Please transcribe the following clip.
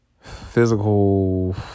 physical